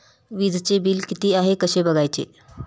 वीजचे बिल किती आहे कसे बघायचे?